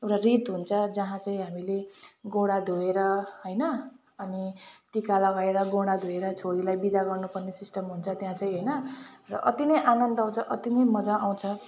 एउटा रीत हुन्छ जहाँ चाहिँ हामीले गोडा धोएर हैन अनि टीका लगाएर गोडा धोएर छोरीलाई विदा गर्नुपर्ने सिस्टम हुन्छ त्यहाँ चाहिँ हैन र अति नै आनन्द आउँछ अति नै मजा आउँछ